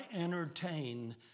entertain